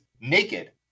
naked